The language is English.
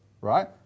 right